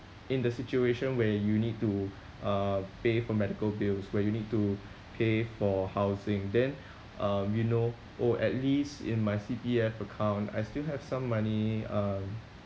in the situation where you need to uh pay for medical bills where you need to pay for housing then um you know oh at least in my C_P_F account I still have some money um